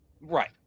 right